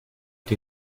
die